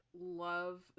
love